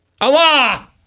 Allah